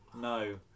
no